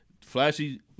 Flashy